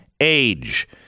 Age